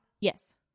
Yes